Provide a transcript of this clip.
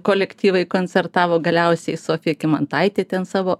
kolektyvai koncertavo galiausiai sofija kymantaitė ten savo